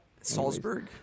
Salzburg